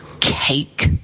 cake